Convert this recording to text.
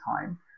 time